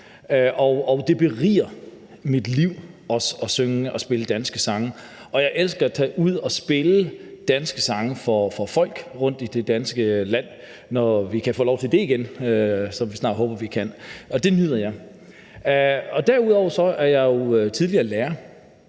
og det beriger mit liv at synge og spille danske sange, og jeg elsker at tage ud og spille danske sange for folk rundt i det danske land og vil gøre det, når vi kan få lov til det igen, hvilket vi håber at vi snart kan. Det nyder jeg. Derudover er jeg jo tidligere lærer,